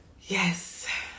Yes